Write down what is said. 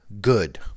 good